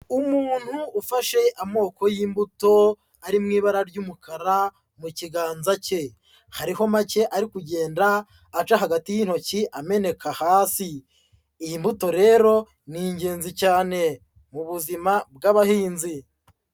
Umuntu ufashe amoko y'imbuto ari mu ibara ry'umukara mu kiganza cye, hariho make ari kugenda aca hagati y'intoki ameneka hasi, iyi mbuto rero ni ingenzi cyane, ubuzima bw'abahinzi.